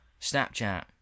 Snapchat